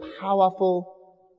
powerful